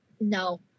no